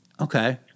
okay